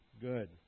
good